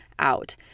out